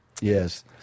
yes